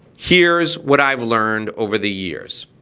here's what i've learned over the years.